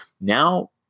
Now